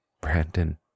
Brandon